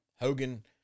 Hogan